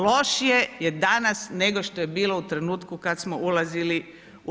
Lošije je danas nego što je bilo u trenutku kada smo ulazili u EU.